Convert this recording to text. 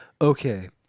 Okay